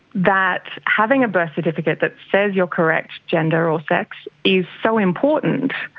that having a birth certificate that says your correct gender or sex is so important,